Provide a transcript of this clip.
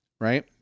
right